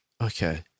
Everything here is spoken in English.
Okay